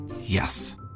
Yes